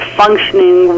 functioning